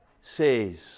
says